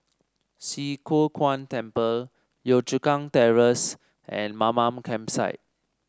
Swee Kow Kuan Temple Yio Chu Kang Terrace and Mamam Campsite